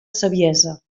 saviesa